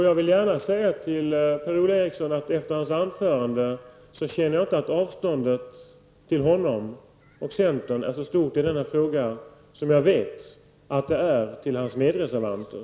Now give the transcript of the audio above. Jag vill gärna säga till Per-Ola Eriksson att jag efter hans anförande inte känner att avståndet till honom och centern är så stort i denna fråga som jag vet att det är till hans medreservanter.